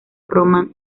roman